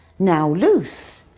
now loose.